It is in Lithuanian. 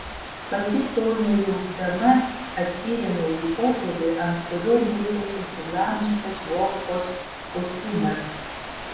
pati to nejausdama atsirėmiau į fotelį ant kurio mėtėsi suglamžytas vovkos kostiumas